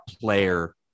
player